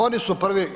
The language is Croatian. Oni su prvi.